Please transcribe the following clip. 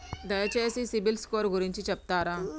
దయచేసి సిబిల్ స్కోర్ గురించి చెప్తరా?